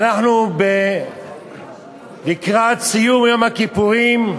ואנחנו, לקראת סיום יום הכיפורים,